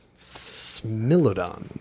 Smilodon